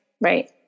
Right